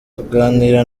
tuganira